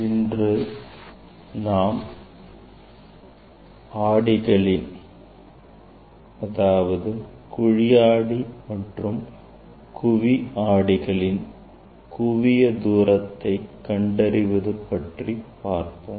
இன்று நாம் ஆடிகளின் குழி ஆடி மற்றும் குவி ஆடிகளின் குவியத்தூரத்தை கண்டறிவது பற்றி பார்ப்போம்